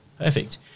perfect